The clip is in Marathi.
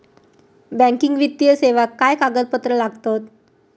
बँकिंग वित्तीय सेवाक काय कागदपत्र लागतत?